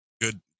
good